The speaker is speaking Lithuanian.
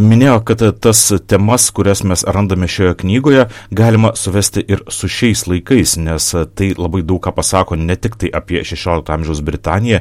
minėjo kad tas temas kurias mes randame šioje knygoje galima suvesti ir su šiais laikais nes tai labai daug ką pasako ne tiktai apie šešiolikto amžiaus britaniją